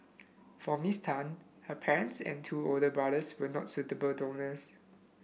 for Miss Tan her parents and two older brothers were not suitable donors